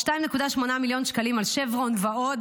2.8 מיליון שקלים על שברון ועוד.